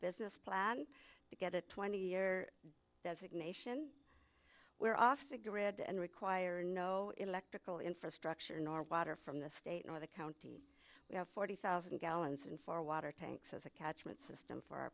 business plan to get a twenty year designation we're off the grid and require no electrical infrastructure nor water from the state or the county we have forty thousand gallons and four water tanks as a catchment system for our